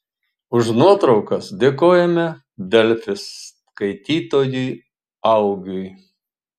už nuotraukas dėkojame delfi skaitytojui augiui